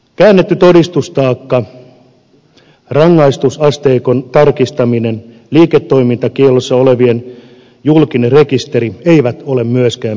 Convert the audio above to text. käännetty todistustaakka rangaistusasteikon tarkistaminen liiketoimintakiellossa olevien julkinen rekisteri eivät ole myöskään pieniä kirjauksia